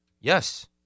Yes